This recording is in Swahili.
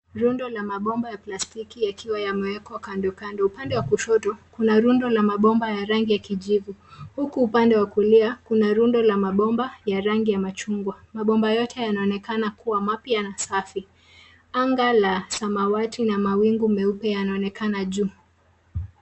Rundo la mabomba ya plastiki yakiwa yamewekwa kando kando. Upande wa kushoto kuna rundo la mabomba ya rangi ya kijivu huku upande wa kulia kuna rundo la mabomba ya rangi ya machungwa. Mabomba yote yanaonekana kuwa mapya na safi. Anga la samawati na mawingu meupe yanaonekana juu.